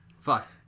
Fuck